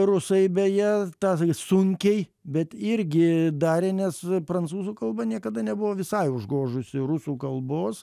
rusai beje tą sunkiai bet irgi darė nes prancūzų kalba niekada nebuvo visai užgožusi rusų kalbos